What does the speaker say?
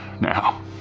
Now